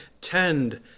Tend